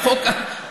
על החוק הזה.